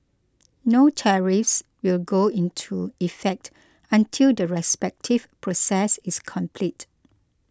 no tariffs will go into effect until the respective process is complete